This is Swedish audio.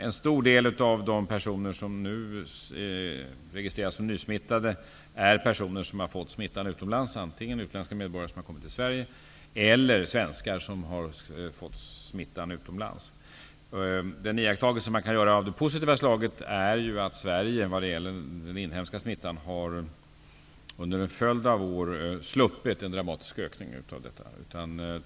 En stor del av de personer som nu registreras som nysmittade är personer som har smittats genom utländska medborgare som har kommit till Sverige eller svenskar som har smittats utomlands. Den iakttagelse som man kan göra av det positiva slaget är att Sverige, när det gäller den inhemska smittan, under en följd av år har sluppit en dramatisk ökning av antalet smittade fall.